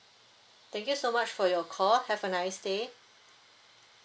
thank you so much for your call have a nice day